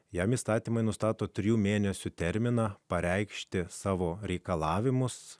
jam įstatymai nustato trijų mėnesių terminą pareikšti savo reikalavimus